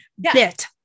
bit